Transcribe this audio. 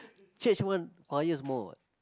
church one choirs more [what]